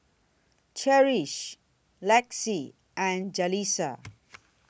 Cherish Laci and Jaleesa